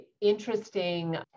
interesting